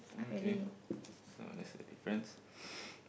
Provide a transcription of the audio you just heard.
okay so that's the difference